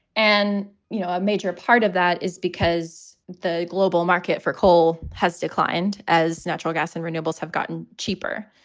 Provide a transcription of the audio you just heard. and, you know, a major part of that is because the global market for coal has declined as natural gas and renewables have gotten cheaper.